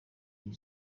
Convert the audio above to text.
iyi